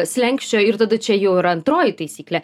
slenksčio ir tada čia jau yra antroji taisyklė